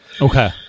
Okay